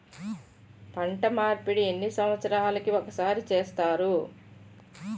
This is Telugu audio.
పంట మార్పిడి ఎన్ని సంవత్సరాలకి ఒక్కసారి చేస్తారు?